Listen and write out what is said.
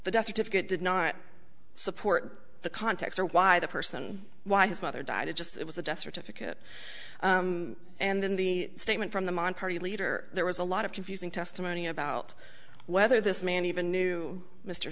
the death certificate did not support the context or why the person why his mother died it just it was a death certificate and then the statement from them on party leader there was a lot of confusing testimony about whether this man even knew m